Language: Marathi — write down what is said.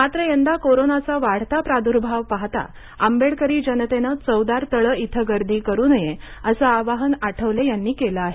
मात्र यंदा कोरोनाचा वाढता प्रादर्भाव पाहता आंबेडकरी जनतेनं चवदार तळे इथं गर्दी करू नये असं आवाहन आठवले यांनी केलं आहे